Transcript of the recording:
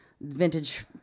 vintage